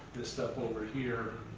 this stuff over here,